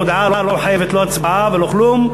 ההודעה לא מחייבת לא הצבעה ולא כלום,